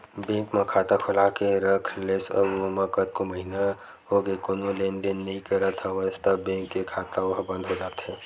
bank म खाता खोलाके के रख लेस अउ ओमा कतको महिना होगे कोनो लेन देन नइ करत हवस त बेंक के खाता ओहा बंद हो जाथे